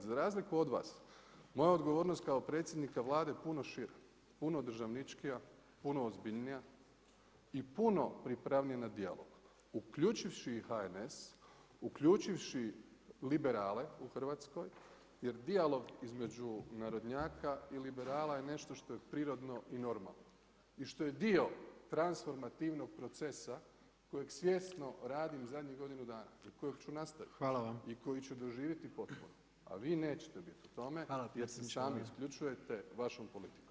Za razliku od vas, moja odgovornost kao predsjednika Vlade puno šira, puno državničkija, puno ozbiljnija i puno pripravnija na djelo, uključivši i HNS, uključivši liberale u Hrvatskoj jer dijalog između narodnjaka i liberala je nešto što je prirodno i normalno i što je dio tranformativnog procesa kojeg svjesno radim zadnjih godinu dana i kojeg ću nastaviti i koji će doživjeti potporu, a vi nećete biti u tome jer se sami isključujete vašom politikom.